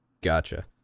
Gotcha